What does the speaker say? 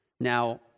Now